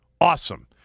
Awesome